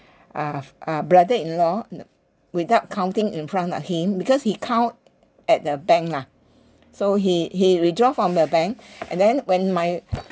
uh brother-in-law you know without counting in front of him because he count at the bank lah so he he withdraw from the bank and then when my